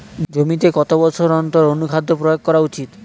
জমিতে কত বছর অন্তর অনুখাদ্য প্রয়োগ করা উচিৎ?